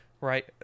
Right